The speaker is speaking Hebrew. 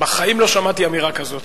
בחיים לא שמעתי אמירה כזאת.